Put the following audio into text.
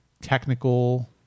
technical